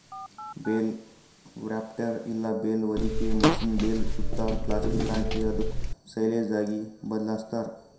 bale wrapper ಇಲ್ಲ bale ಹೊದಿಕೆ machine bale ಸುತ್ತಾ ಪ್ಲಾಸ್ಟಿಕ್ ಹಾಕಿ ಅದುಕ್ ಸೈಲೇಜ್ ಆಗಿ ಬದ್ಲಾಸ್ತಾರ್